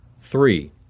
Three